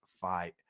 fight